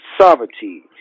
sovereignty